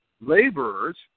laborers